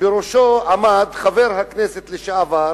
שבראשו עמד חבר הכנסת לשעבר,